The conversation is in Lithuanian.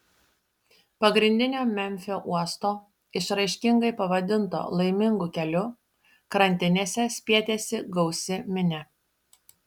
pagrindinio memfio uosto išraiškingai pavadinto laimingu keliu krantinėse spietėsi gausi minia